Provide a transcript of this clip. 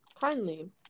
Kindly